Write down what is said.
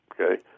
okay